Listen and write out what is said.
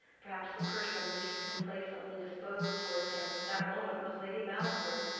perhaps the person least complacently disposed toward him at that moment was lady mallinger,